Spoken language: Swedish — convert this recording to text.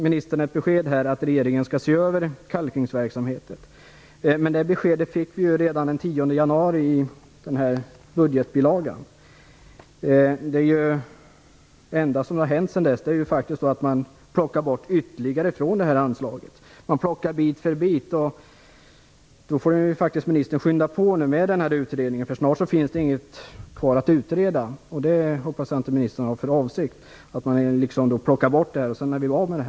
Ministern ger besked om att regeringen skall se över kalkningsverksamheten. Men det beskedet fick vi redan den 10 januari i budgetbilagan. Det enda som har hänt sedan dess är att man plockar bort ytterligare från anslaget. Man plockar bit för bit. Ministern får skynda på med utredningen, för snart finns det inget kvar att utreda. Jag hoppas att inte ministern har för avsikt att plocka bort verksamheten bit för bit och på så sätt bli av med den.